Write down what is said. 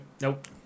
Nope